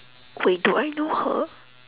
wait do I know her